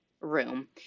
room